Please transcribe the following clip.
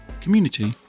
community